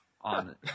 on